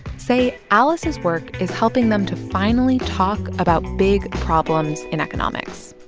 say alice's work is helping them to finally talk about big problems in economics